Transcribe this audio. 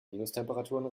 minustemperaturen